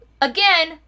again